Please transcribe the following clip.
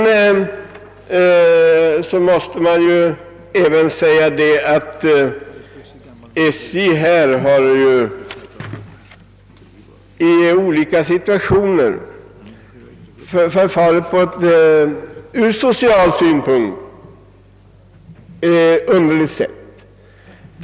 Det måste också sägas att SJ i flera fall har förfarit på ett från sociala synpunkter underligt sätt.